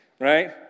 right